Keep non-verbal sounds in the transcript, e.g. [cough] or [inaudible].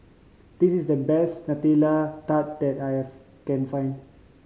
this is the best Nutella Tart that I [unintelligible] can find